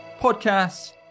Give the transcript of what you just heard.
podcasts